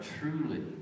truly